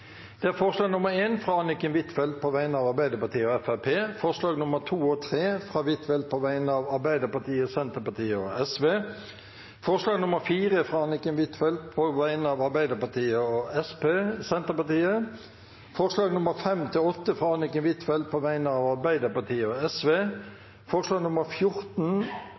Det er forslag nr. 1, fra Anniken Huitfeldt på vegne av Arbeiderpartiet og Fremskrittspartiet forslagene nr. 2 og 3, fra Anniken Huitfeldt på vegne av Arbeiderpartiet, Senterpartiet og Sosialistisk Venstreparti forslag nr. 4, fra Anniken Huitfeldt på vegne av Arbeiderpartiet og Senterpartiet forslagene nr. 5–8, fra Anniken Huitfeldt på vegne av Arbeiderpartiet og Sosialistisk Venstreparti forslag nr. 14,